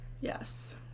Yes